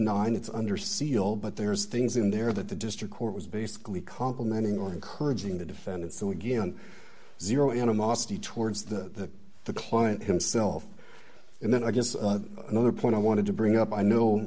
dollars it's under seal but there's things in there that the district court was basically complimenting or encouraging the defendant so again zero animosity towards the the client himself and then i guess another point i wanted to bring up i know